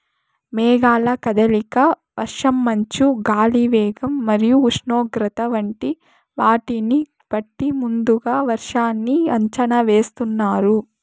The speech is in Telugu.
మేఘాల కదలిక, వర్షం, మంచు, గాలి వేగం మరియు ఉష్ణోగ్రత వంటి వాటిని బట్టి ముందుగా వర్షాన్ని అంచనా వేస్తున్నారు